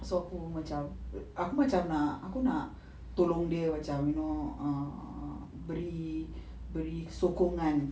so aku macam aku macam nak aku nak tolong dia macam you know err beri beri sokongan